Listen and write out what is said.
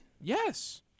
Yes